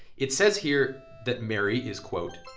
it says here that mary is, quote,